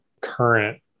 current